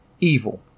evil